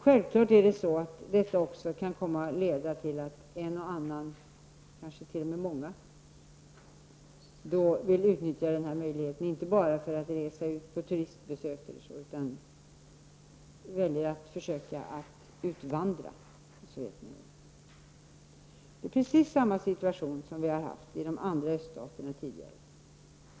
Självklart kan detta också komma att leda till att en och annan, kanske t.o.m. många, vill utnyttja den möjligheten inte bara till att resa ut på turistbesök, utan väljer att försöka utvandra från Sovjetunionen. Det är precis samma situation som vi har haft i de andra öststaterna tidigare.